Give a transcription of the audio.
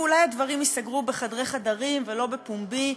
ואולי הדברים ייסגרו בחדרי-חדרים ולא בפומבי,